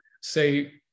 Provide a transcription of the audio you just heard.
say